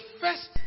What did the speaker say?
first